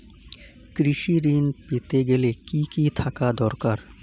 কৃষিঋণ পেতে গেলে কি কি থাকা দরকার?